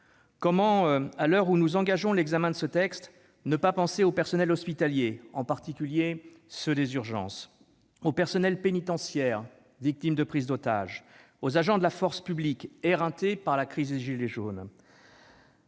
Comment, à l'heure où nous engageons l'examen de ce texte, ne pas penser au personnel hospitalier et, en particulier, à celui des urgences, au personnel pénitentiaire, victime de prises d'otages, aux agents de la force publique, éreintés par la crise des gilets jaunes,